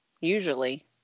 usually